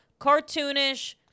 Cartoonish